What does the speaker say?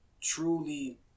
truly